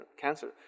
cancer